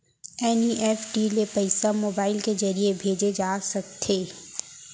NEFT ले पइसा mobile के ज़रिए भेजे जाथे सकथे?